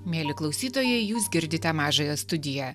mieli klausytojai jūs girdite mažąją studiją